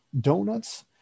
donuts